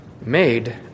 made